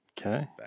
Okay